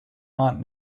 aunt